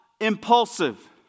impulsive